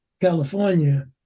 California